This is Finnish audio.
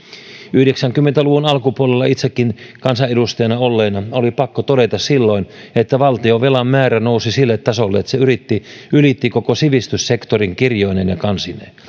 yhdeksänkymmentä luvun alkupuolella itsekin kansanedustajana olleena oli pakko todeta silloin että valtionvelan määrä nousi sille tasolle että se ylitti ylitti koko sivistyssektorin kirjoineen ja kansineen